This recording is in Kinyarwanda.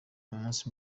umunsi